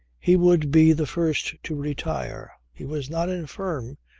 he would be the first to retire. he was not infirm.